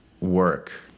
work